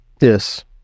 Yes